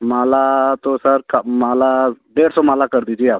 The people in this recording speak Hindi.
माला तो सर का माला डेढ़ सौ माला कर दीजिए आप